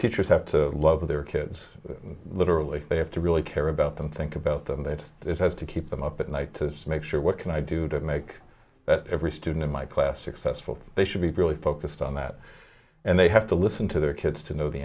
teachers have to love their kids literally they have to really care about them think about them that has to keep them up at night to make sure what can i do to make every student in my class successful they should be really focused on that and they have to listen to their kids to know the